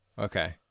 Okay